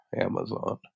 Amazon